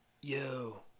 yo